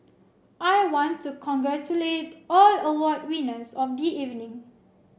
I want to congratulate all award winners of the evening